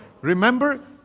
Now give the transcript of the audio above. remember